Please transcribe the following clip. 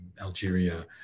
Algeria